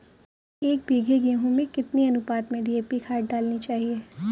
एक बीघे गेहूँ में कितनी अनुपात में डी.ए.पी खाद डालनी चाहिए?